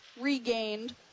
regained